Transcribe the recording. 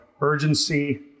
urgency